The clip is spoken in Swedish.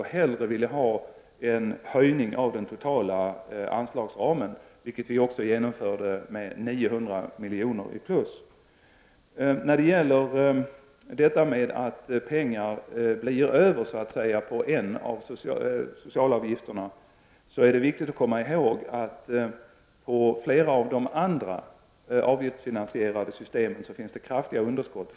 Man ville hellre ha en höjning av den totala anslagsramen, vilket vi också har genomfört med 900 milj.kr. i plus. När det gäller frågan om att pengar så att säga blir över på en socialavgift är det viktigt att komma ihåg att det inom flera andra avgiftsfinansierade system finns kraftiga underskott.